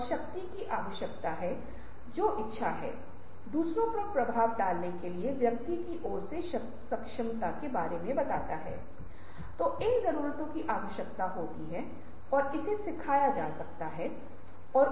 और यह भारत और अन्य जगहों पर पाया गया है कि यदि आप गुणवत्ता वाले सर्कल को लागू करते हैं तो इससे लागत में कमी आई है और साथ ही फर्म की उत्पादकता में सुधार हुआ है